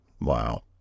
Wow